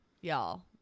y'all